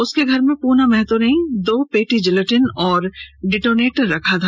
उसके घर में पूना महतो दो पेटी जिलेटिन और डिटोनेटर रखा था